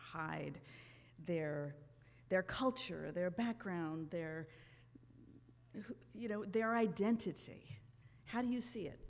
hide their their culture their background their you know their identity how do you see it